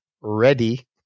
ready